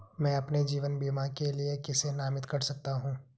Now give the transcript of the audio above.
मैं अपने जीवन बीमा के लिए किसे नामित कर सकता हूं?